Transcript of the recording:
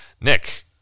Nick